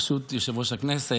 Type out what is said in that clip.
ברשות יושב-ראש הכנסת,